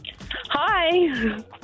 Hi